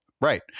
right